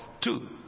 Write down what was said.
two